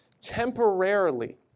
temporarily